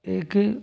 एक